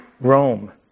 Rome